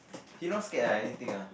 you not scared ah anything ah